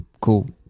Cool